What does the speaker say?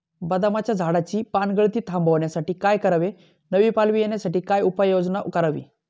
बदामाच्या झाडाची पानगळती थांबवण्यासाठी काय करावे? नवी पालवी येण्यासाठी काय उपाययोजना करावी?